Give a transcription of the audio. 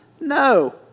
no